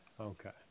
Okay